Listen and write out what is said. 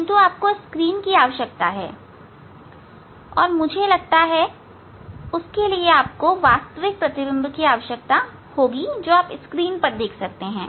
किंतु आपको स्क्रीन की आवश्यकता है और मुझे लगता है हां उसके लिए आपको वास्तविक प्रतिबिम्ब की आवश्यकता है जो आप स्क्रीन पर देख सकते हैं